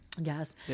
Yes